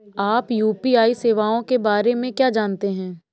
आप यू.पी.आई सेवाओं के बारे में क्या जानते हैं?